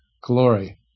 glory